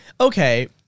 okay